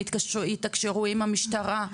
הם יתקשרו עם המשטרה,